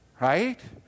right